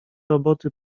roboty